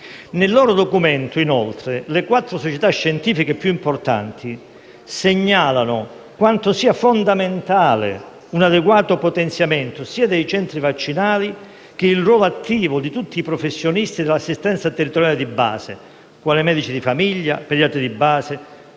Nel loro documento, inoltre, le quattro società scientifiche più importanti segnalano quanto sia fondamentale un adeguato potenziamento sia dei centri vaccinali che del ruolo attivo di tutti i professionisti dell'assistenza territoriale di base: medici di famiglia, pediatri e